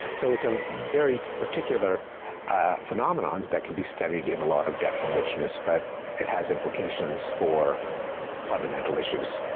so it's a very particular phenomenon that can be studied in a lot of depth and richness, but it has implications for fundamental issues.